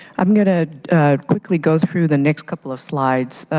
i'm going to quickly go through the next couple of slides.